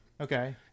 okay